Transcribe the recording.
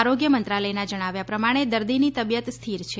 આરોગ્ય મંત્રાલયનાં જણાવ્યા પ્રમાણે દર્દીની તબિયત સ્થિર છે